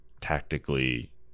tactically